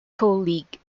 colleague